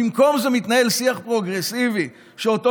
במקום זה מתנהל שיח פרוגרסיבי שאותו